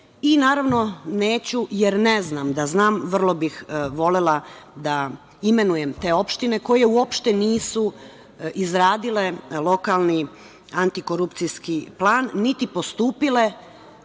model. Naravno, neću jer ne znam. Da znam, vrlo bih volela da imenujem te opštine koje uopšte nisu izradile lokalni antikorupcijski plan niti postupile